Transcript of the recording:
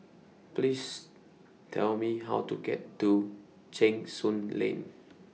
Please Tell Me How to get to Cheng Soon Lane